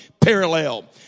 parallel